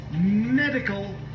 medical